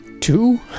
Two